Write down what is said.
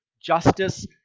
justice